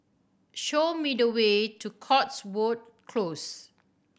show me the way to Cotswold Close